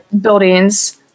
buildings